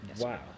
Wow